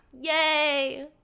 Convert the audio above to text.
yay